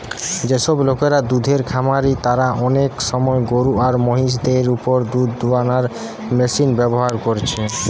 যেসব লোকরা দুধের খামারি তারা অনেক সময় গরু আর মহিষ দের উপর দুধ দুয়ানার মেশিন ব্যাভার কোরছে